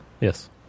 Yes